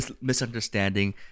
Misunderstanding